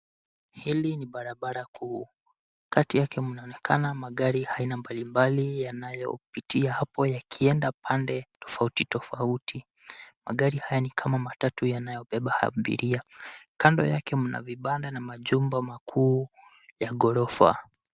Hili ni barabara kuu. Kati yake mnaonekana magari aina mbali mbali yanayopitia hapo yakienda pande tofauti tofauti. Magari haya ni kama matatu yanayobeba abiria. Kando yake mna vibanda na majumba makuu ya ghorofa.